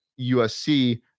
USC